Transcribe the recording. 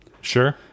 Sure